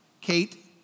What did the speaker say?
Kate